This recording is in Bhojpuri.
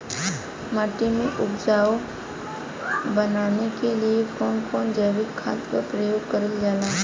माटी के उपजाऊ बनाने के लिए कौन कौन जैविक खाद का प्रयोग करल जाला?